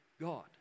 God